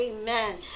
amen